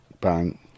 bang